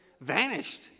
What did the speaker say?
vanished